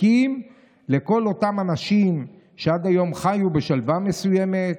מחכים לכל אותם אנשים שעד היום חיו בשלווה מסוימת.